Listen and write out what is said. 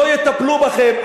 לא יטפלו בכם.